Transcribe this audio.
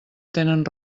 tenen